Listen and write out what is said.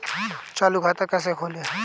चालू खाता कैसे खोलें?